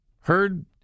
heard